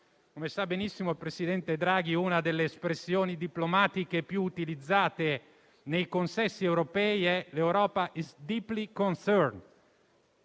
Come sa benissimo il presidente Draghi, una delle espressioni diplomatiche più utilizzate nei consessi europei è che l'Europa «*is deeply concerned*».